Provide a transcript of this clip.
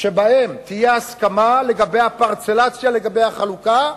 שבהן תהיה הסכמה לגבי הפרצלציה, לגבי החלוקה,